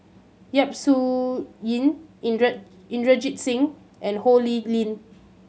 Yap Su Yin Inderjit Singh and Ho Lee Ling